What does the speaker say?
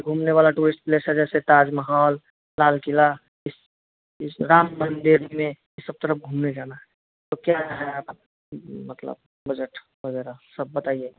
घूमने वाला tourist place है जैसे ताज महल लाल क़िला इस राम मंदिर में ई सब तरफ़ घूमने जाना है तो क्या है मतलब बजट वगैरह सब बताइए